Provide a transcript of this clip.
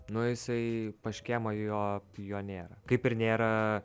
nu jisai pas škėmą jo jo nėra kaip ir nėra